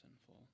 sinful